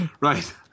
Right